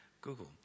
Google